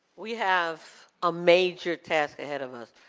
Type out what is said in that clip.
we have a major task ahead of us.